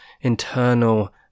internal